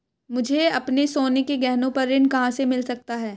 मुझे अपने सोने के गहनों पर ऋण कहां से मिल सकता है?